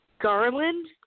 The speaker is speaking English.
Garland